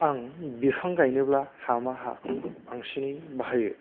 आं बिफां गायनोब्ला हामा हाखौ बांसिनै बाहायो